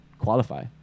qualify